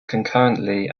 concurrently